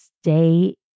stay